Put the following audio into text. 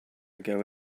ago